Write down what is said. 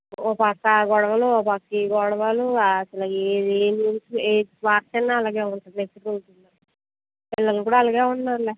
ఒక పక్క ఆ గొడవలు ఒకపక్క ఈ గొడవలు అసల్ ఏమి వార్డన్ అలాగే ఉంటుంది పిల్లలు కూడా అలాగే ఉన్నారు